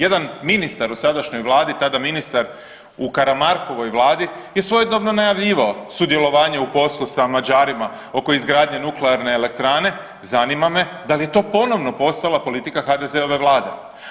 Jedan ministar u sadašnjoj vladi tada ministar u Karamarkovoj vladi je svojedobno najavljivao sudjelovanje u poslu sa Mađarima oko izgradnje nuklearne elektrane, zanima me da li je to ponovno postala politika HDZ-ove vlade?